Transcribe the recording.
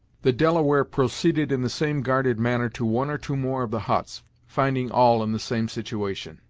the delaware proceeded in the same guarded manner to one or two more of the huts, finding all in the same situation.